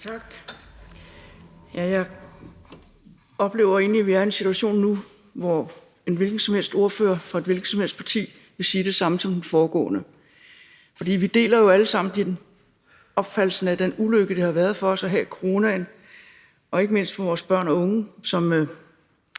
(RV): Jeg oplever egentlig, at vi er i en situation nu, hvor en hvilken som helst ordfører for et hvilket som helst parti vil sige det samme som den foregående. For vi deler jo alle sammen opfattelsen af den ulykke, det har været for os at have coronaen, ikke mindst for vores børn og unge, som